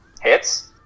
Hits